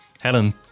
Helen